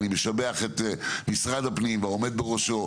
אני משבח את משרד הפנים והעומד בראשו,